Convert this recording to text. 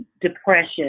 depression